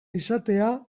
izatea